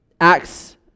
Acts